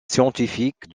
scientifique